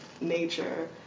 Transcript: nature